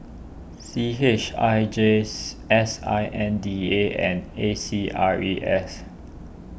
C H I J S I N D A and A C R E S